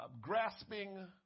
grasping